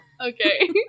Okay